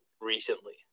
recently